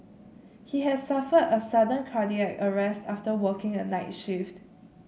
he has suffered a sudden cardiac arrest after working a night shift